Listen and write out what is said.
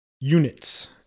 units